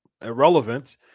irrelevant